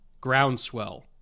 groundswell